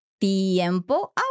Tiempo